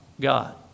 God